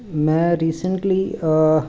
ਮੈਂ ਰੀਸੈਂਟਲੀ